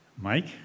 Mike